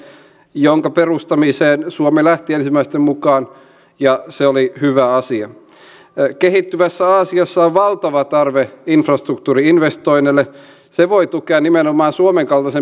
monet kotona asuvat joutuvat pakosta käyttämään enemmän erikoissairaanhoidon palveluja jotka ovat kalliita ja monta kertaa ensihoito alkaa rasittua aika paljon kun joudutaan nimenomaan yöaikaan tekemään käyntejä